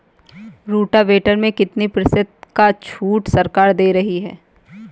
Rotavator में कितनी प्रतिशत का छूट सरकार दे रही है?